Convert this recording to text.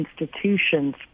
institutions